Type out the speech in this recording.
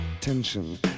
Tension